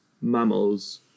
mammals